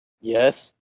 Yes